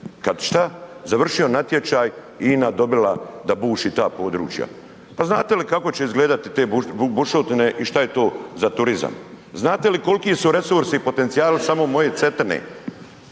Kad šta, završio natječaj, INA dobila da buši ta područja. Pa znate li kako će izgledati te bušotine i šta je to za turizam? Znate li koliki su resursi i potencijali samo moje Cetine